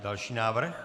Další návrh.